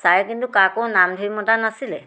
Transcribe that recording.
ছাৰে কিন্তু কাকো নাম ধৰি মতা নাছিলে